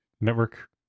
network